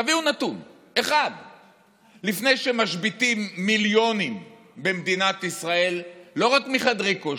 תביאו נתון אחד לפני שמשביתים מיליונים במדינת ישראל לא רק מחדרי כושר,